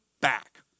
back